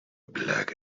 black